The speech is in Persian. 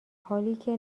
حالیکه